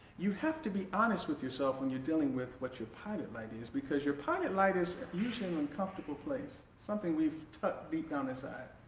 you have to be honest with yourself when you're dealing with what your pilot light is because your pilot light is usually an uncomfortable place, something we've tucked deep down inside.